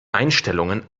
einstellungen